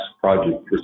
project